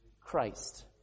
Christ